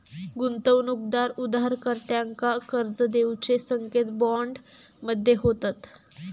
गुंतवणूकदार उधारकर्त्यांका कर्ज देऊचे संकेत बॉन्ड मध्ये होतत